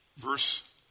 Verse